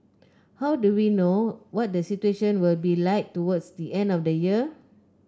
how do we know what the situation will be like towards the end of next year